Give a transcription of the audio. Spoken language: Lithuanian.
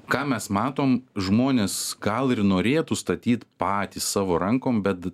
ką mes matom žmones gal ir norėtų statyt patys savo rankom bet